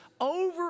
over